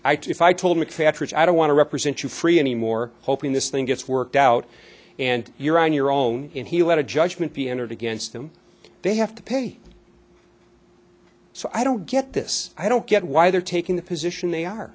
say if i told mcphatter i don't want to represent you free anymore hoping this thing gets worked out and you're on your own and he let a judgment be entered against him they have to pay so i don't get this i don't get why they're taking the position they are